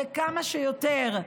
וכמה שיותר.